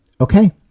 okay